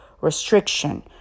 restriction